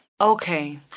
Okay